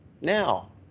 now